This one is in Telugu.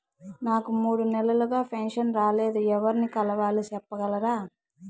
నాకు మూడు నెలలుగా పెన్షన్ రాలేదు ఎవర్ని కలవాలి సెప్పగలరా?